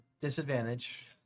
disadvantage